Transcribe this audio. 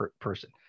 person